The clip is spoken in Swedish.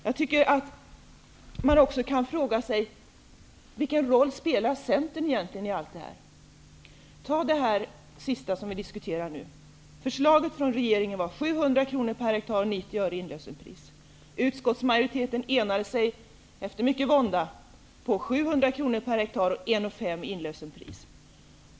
Man kan också fråga sig vilken roll Centern spelar i allt detta. Nu diskuterar vi arealbidraget och inlösenpriset för spannmål. Förslaget från regeringen var 700 kronor per hektar och 90 öre i inlösenpris.